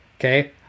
Okay